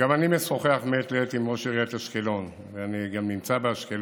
אני גם משוחח מעת לעת עם ראש עיריית אשקלון ואני גם נמצא באשקלון,